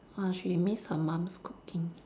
ah she miss her mum's cooking